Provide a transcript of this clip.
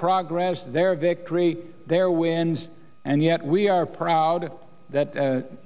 progress their victory their wins and yet we are proud that